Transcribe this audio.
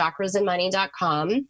chakrasandmoney.com